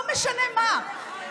לא משנה מה,